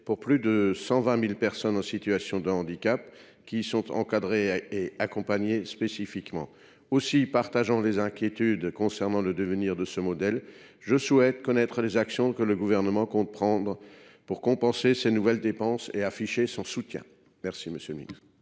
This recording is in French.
pour plus de 120 000 personnes en situation de handicap, qui y sont encadrées et accompagnées spécifiquement. Aussi, partageant les inquiétudes relatives au devenir de ce modèle, je souhaite connaître les actions que le Gouvernement compte prendre pour compenser ces nouvelles dépenses et afficher son soutien. La parole est à M. le ministre.